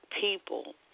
people